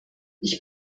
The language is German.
ich